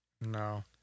No